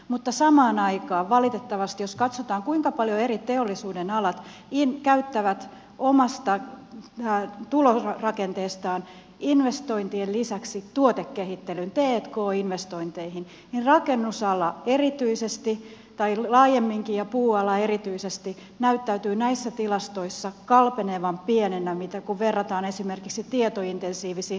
mutta samaan aikaan valitettavasti jos katsotaan kuinka paljon eri teollisuudenalat käyttävät omasta tulorakenteestaan investointien lisäksi tuotekehittelyyn t k investointeihin niin rakennusala laajemminkin ja puuala erityisesti näyttää näissä tilastoissa kalpenevan pienenä kun verrataan esimerkiksi tietointensiivisiin tietotekniikkalajeihin